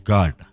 God